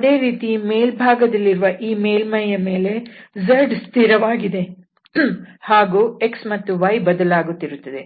ಅದೇ ರೀತಿ ಮೇಲ್ಭಾಗದಲ್ಲಿರುವ ಈ ಮೇಲ್ಮೈಯ ಮೇಲೆ z ಸ್ಥಿರವಾಗಿದೆ ಹಾಗೂ x ಮತ್ತು y ಬದಲಾಗುತ್ತಿರುತ್ತದೆ